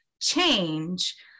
change